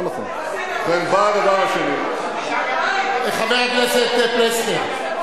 שנתיים אתה עושה פה מסיבת עיתונאים, אתה גם